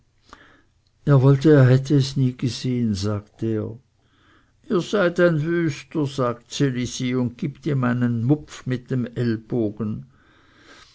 er wollte er hätte es nie gesehen sagt er ihr seid ein wüster sagt ds elisi und gibt ihm einen mupf mit dem ellbogen